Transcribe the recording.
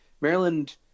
Maryland